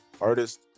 artist